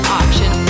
option